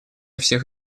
всех